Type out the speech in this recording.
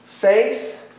Faith